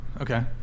Okay